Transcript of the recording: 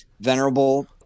venerable